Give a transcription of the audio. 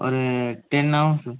ஒரு டென் ஆகுங்க சார்